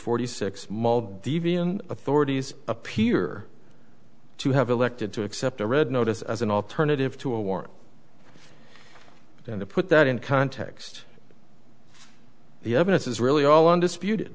forty six small deviant authorities appear to have elected to accept a red notice as an alternative to a war and to put that in context the evidence is really all undisputed